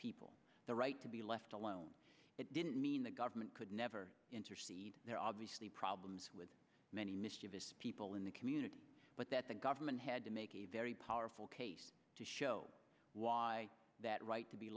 people the right to be left alone it didn't mean that government could never intercede there obviously problems with many mischievous people in the community but that the government had to make a very powerful case to show why that right to be